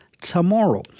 tomorrow